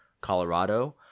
Colorado